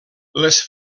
les